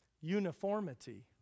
uniformity